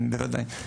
בוודאי.